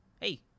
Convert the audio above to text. hey